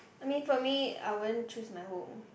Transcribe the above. I mean for me I won't choose my home